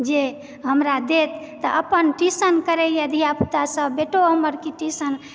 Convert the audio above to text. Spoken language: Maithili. जे हमरा दैत तऽ अपन ट्यूशन करैए धियापुतासभ बेटो हमर ट्यूशन